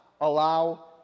allow